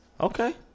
Okay